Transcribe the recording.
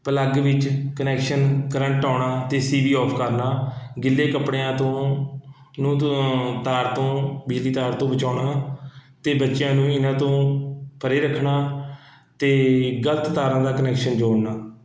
plug ਵਿੱਚ connection current ਆਉਣਾ ਅਤੇ ਸੀ ਬੀ ਆਫ ਕਰਨਾ ਗਿੱਲੇ ਕੱਪੜਿਆਂ ਤੋਂ ਨੂੰ ਤੂੰ ਤਾਰ ਤੋਂ ਬਿਜਲੀ ਤਾਰ ਤੋਂ ਬਚਾਉਣਾ ਅਤੇ ਬੱਚਿਆਂ ਨੂੰ ਇਹਨਾਂ ਤੋਂ ਪਰੇ ਰੱਖਣਾ ਅਤੇ ਗ਼ਲਤ ਤਾਰਾਂ ਦਾ ਕਨੈਕਸ਼ਨ ਜੋੜਨਾ